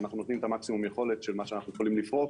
ואנחנו נותנים מקסימום יכולת של מה שאנחנו יכולים לפרוק.